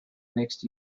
mixed